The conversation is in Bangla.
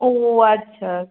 ও আচ্ছা